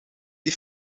die